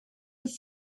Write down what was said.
have